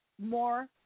more